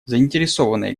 заинтересованные